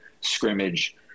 scrimmage